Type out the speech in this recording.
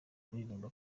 akirinda